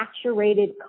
saturated